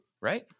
Right